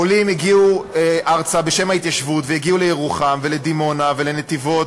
עולים הגיעו ארצה ובשם ההתיישבות הגיעו לירוחם ולדימונה ולנתיבות,